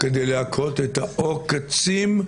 כדי להקהות את העוקצים,